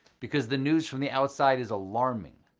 because the news from the outside is alarming.